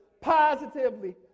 positively